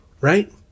right